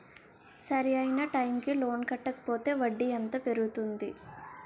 సరి అయినా టైం కి లోన్ కట్టకపోతే వడ్డీ ఎంత పెరుగుతుంది?